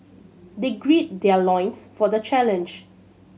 they grid their loins for the challenge